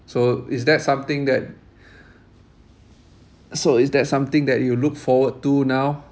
so is that something that so is that something that you look forward to now